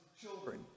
children